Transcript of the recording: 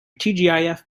tgif